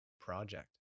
project